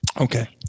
Okay